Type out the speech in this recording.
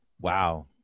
Wow